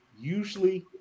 usually